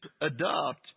adopt